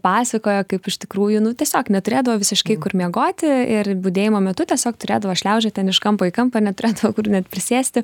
pasakojo kaip iš tikrųjų nu tiesiog neturėdavo visiškai kur miegoti ir budėjimo metu tiesiog turėdavo šliaužiot ten iš kampo į kampą neturėdavo kur net prisėsti